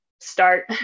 start